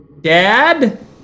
Dad